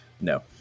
No